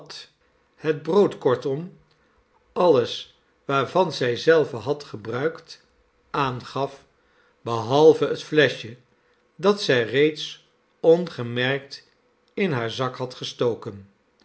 het brood kortom alles waarvan zij zelve had gebruikt aangaf behalve het fleschje dat zij reeds ongemerkt in haar zak had gestoken